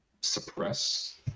suppress